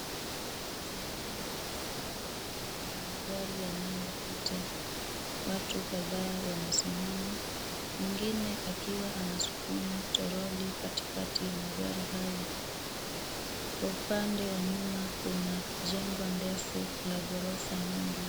Ni sehemu ya barabara, kuna magari yanayopita. Watu kadhaa wamesimama mwingine akiwa anasukuma toroli katikati ya magari hayo. Kwa upande wa nyuma kuna jengo ndefu la ghorofa nyingi.